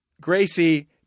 Gracie